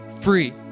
free